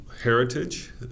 heritage